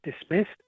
dismissed